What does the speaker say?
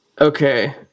Okay